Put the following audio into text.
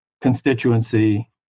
constituency